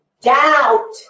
Doubt